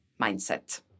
mindset